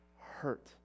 hurt